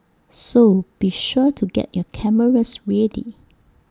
so be sure to get your cameras ready